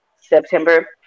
September